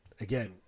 again